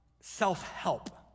self-help